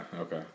Okay